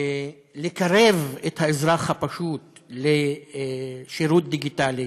לקרב את האזרח הפשוט לשירות דיגיטלי,